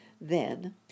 Then